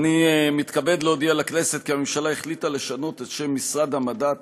אני מתכבד להודיע לכנסת כי הממשלה החליטה לשנות את שם משרד המדע,